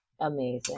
Amazing